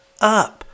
up